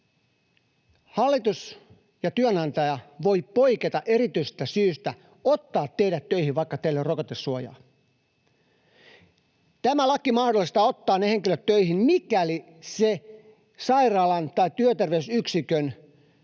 teille näin: työnantaja voi poiketa erityisestä syystä ja ottaa teidät töihin, vaikka teillä ei ole rokotesuojaa. Tämä laki mahdollistaa niiden henkilöiden ottamisen töihin, mikäli se sairaalan tai työterveysyksikön